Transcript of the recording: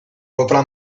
potrà